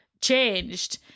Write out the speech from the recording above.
changed